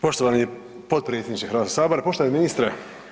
Poštovani potpredsjedniče Hrvatskog sabora, poštovani ministre.